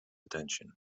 attention